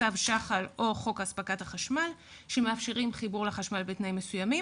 צו שח"ל או חוק הספקת החשמל שמאפשרים חיבור לחשמל בתנאים מסוימים,